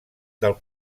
del